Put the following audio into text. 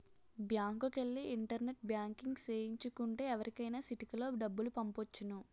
బ్యాంకుకెల్లి internet banking సేయించు కుంటే ఎవరికైనా సిటికలో డబ్బులు పంపొచ్చును